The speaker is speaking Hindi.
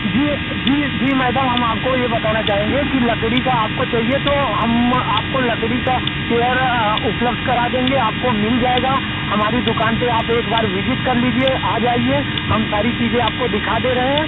जी जी जी मैडम हम आपको यह बताना चाहेंगे कि लकड़ी का आपको चाहिए तो हम आपको लकड़ी की चेयर उपलब्ध करा देंगे आपको मिल जाएगा हमारी दुकान पर आप एक बार विजिट कर लीजिए आ जाइए हम सारी चीज़ें आपको दिखा दे रहें हैं